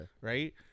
Right